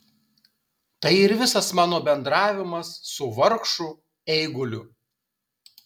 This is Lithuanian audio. tai ir visas mano bendravimas su vargšu eiguliu